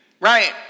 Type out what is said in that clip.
right